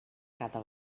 cada